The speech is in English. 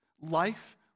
Life